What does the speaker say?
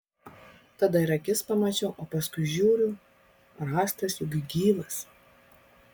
tada ir akis pamačiau o paskui žiūriu rąstas juk gyvas